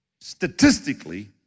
statistically